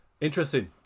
Interesting